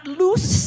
loose